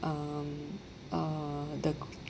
um uh the